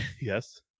Yes